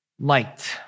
Light